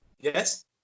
Yes